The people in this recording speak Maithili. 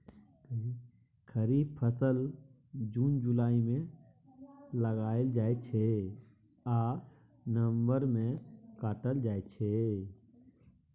खरीफ फसल जुन जुलाई मे लगाएल जाइ छै आ नबंबर मे काटल जाइ छै